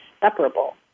separable